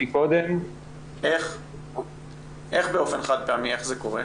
איך זה קורה?